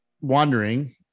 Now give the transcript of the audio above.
wandering